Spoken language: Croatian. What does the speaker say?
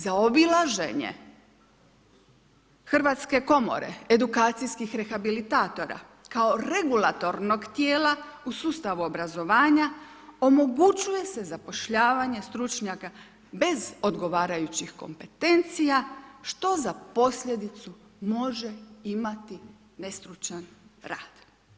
Zaobilaženje Hrvatske komore, edukacijskih rehabilitatora kao regulatornog tijela u sustavu obrazovanja omogućuje se zapošljavanje stručnjaka bez odgovarajućih kompetencija što za posljedicu može imati nestručan rad.